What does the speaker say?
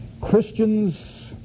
Christian's